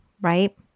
right